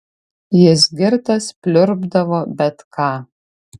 jis girtas pliurpdavo bet ką